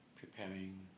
preparing